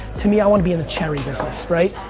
to me, i want to be in the cherry business, right?